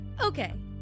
Okay